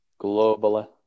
globally